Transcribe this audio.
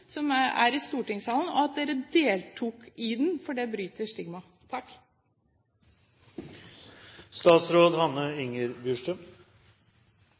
i stortingssalen, og for at dere deltok i den, for det bryter